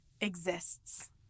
exists